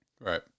Right